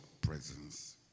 presence